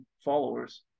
followers